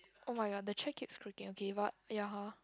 oh-my-god the chair keeps creaking okay but ya [huh]